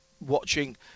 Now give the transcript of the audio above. watching